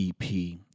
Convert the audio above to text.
ep